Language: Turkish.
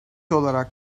olarak